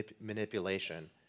manipulation